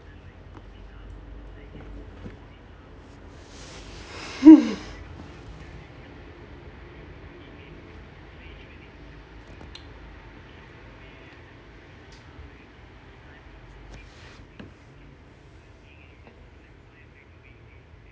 hmm